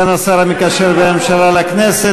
סגן השר המקשר בין הממשלה לכנסת.